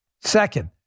Second